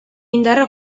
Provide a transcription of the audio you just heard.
indarra